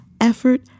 effort